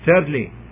Thirdly